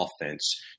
offense